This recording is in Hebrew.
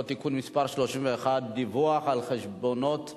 (תיקון מס' 31) (דיווח על חשבונות המפלגות).